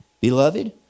Beloved